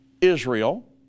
Israel